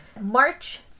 March